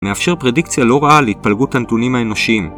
מאפשר פרדיקציה לא רעה להתפלגות הנתונים האנושיים